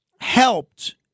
helped